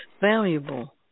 valuable